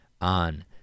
on